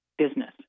Business